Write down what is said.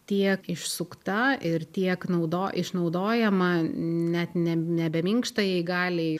tiek išsukta ir tiek naudo išnaudojama net ne nebe minkštajai galiai